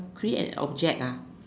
create an object